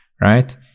right